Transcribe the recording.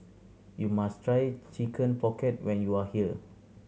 you must try Chicken Pocket when you are here